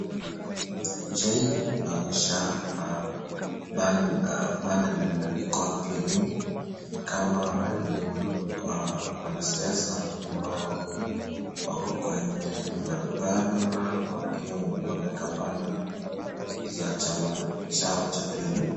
Picha hii inaonyesha banner iliyoandikwa PNU, kama ni wanasiasa ambao wako kwenye barabara, wameeka banner za chama chao cha PNU.